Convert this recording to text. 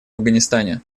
афганистане